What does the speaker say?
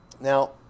Now